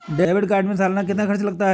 Debit card में सालाना कितना खर्च लगता है?